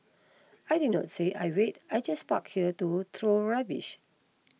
I did not say I wait I just park here to throw rubbish